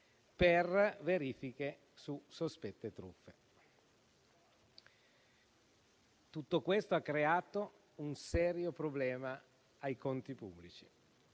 per verifiche su sospette truffe. Tutto questo ha creato un serio problema ai conti pubblici.